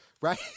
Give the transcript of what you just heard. Right